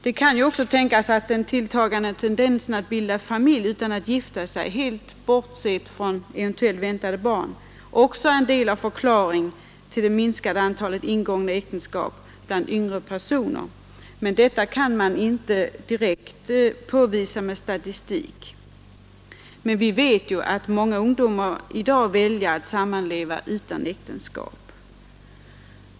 Det kan ju också tänkas att den tilltagande tendensen att bilda familj utan att gifta sig — helt bortsett från eventuellt väntade barn — också är en del av förklaringen till det minskade antalet ingångna äktenskap bland yngre personer. Men detta kan man inte direkt påvisa med statistik. Vi vet att många ungdomar i dag väljer att sammanleva utan äktenskap.